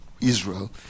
Israel